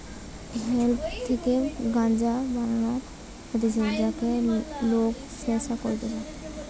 hemp থেকে গাঞ্জা বানানো হতিছে যাতে লোক নেশা করতিছে